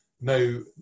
no